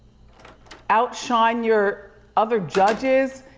outshine your other judges,